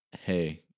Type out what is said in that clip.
Hey